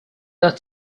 that